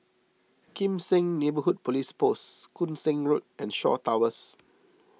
Kim Seng Neighbourhood Police Post Koon Seng Road and Shaw Towers